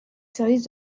service